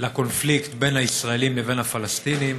לקונפליקט בין הישראלים לבין הפלסטינים